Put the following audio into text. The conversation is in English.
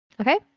Okay